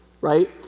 right